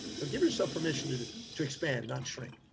so give yourself permission to, to expand, not shrink,